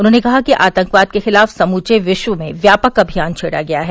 उन्होंने कहा कि आतंकवाद के खिलाफ समूचे विश्व में व्यापक अभियान छेड़ा गया है